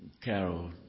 Carol